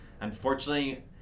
Unfortunately